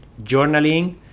journaling